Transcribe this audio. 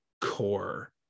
core